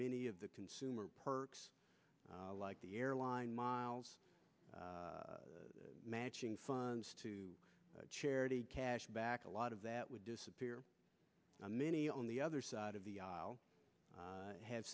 many of the consumer perks like the airline miles matching funds to charity cash back a lot of that would disappear many on the other side of the aisle have